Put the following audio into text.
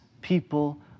people